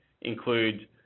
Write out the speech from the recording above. include